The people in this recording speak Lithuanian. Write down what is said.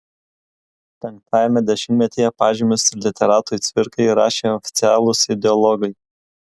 penktajame dešimtmetyje pažymius literatui cvirkai rašė oficialūs ideologai